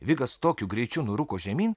vigas tokiu greičiu nurūko žemyn